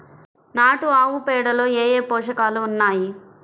నాటు ఆవుపేడలో ఏ ఏ పోషకాలు ఉన్నాయి?